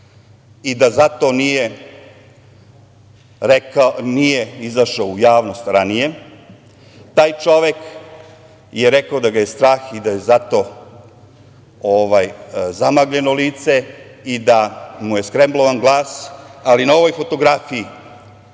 i da zato nije izašao u javnost ranije i taj čovek je rekao da ga je strah i da je zato zamagljeno lice i da mu je skremblovan glas, ali na ovoj fotografiji